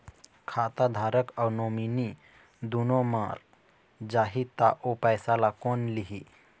खाता धारक अऊ नोमिनि दुनों मर जाही ता ओ पैसा ला कोन लिही?